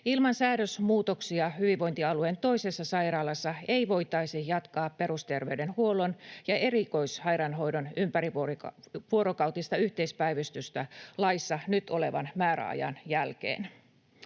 Ilman säädösmuutoksia hyvinvointialueen toisessa sairaalassa ei voitaisi jatkaa perusterveydenhuollon ja erikoissairaanhoidon ympärivuorokautista yhteispäivystystä laissa nyt olevan määräajan jälkeen.